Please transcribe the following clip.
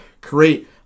Create